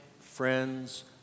friends